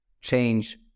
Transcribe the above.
change